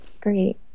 Great